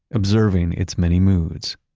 observing it's many moods.